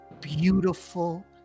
beautiful